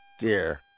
dear